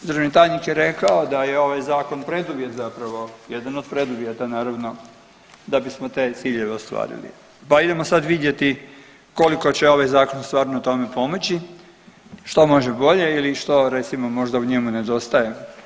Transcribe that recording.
Državni tajnik je rekao da je ovaj zakon preduvjet zapravo, jedan od preduvjeta naravno da bismo te ciljeve ostvariti, pa idemo sad vidjeti koliko će ovaj zakon stvarno tome pomoći, što može bolje ili što recimo možda u njemu nedostaje.